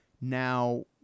Now